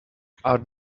are